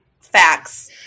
Facts